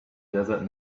desert